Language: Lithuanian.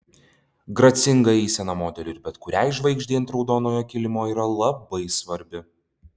gracinga eisena modeliui ir bet kuriai žvaigždei ant raudonojo kilimo yra labai svarbi